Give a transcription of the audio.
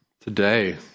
today